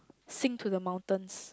sing to the mountains